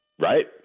Right